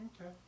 Okay